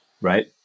right